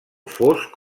fosc